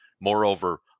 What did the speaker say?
moreover